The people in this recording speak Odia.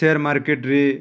ସେୟାର୍ ମାର୍କେଟରେ